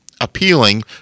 appealing